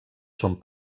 són